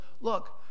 look